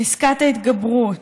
פסקת ההתגברות,